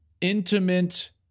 intimate